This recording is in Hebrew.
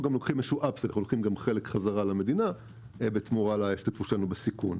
אנחנו גם לוקחים גם חלק חזרה למדינה בתמורה להשתתפות שלנו בסיכון.